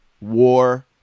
war